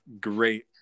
Great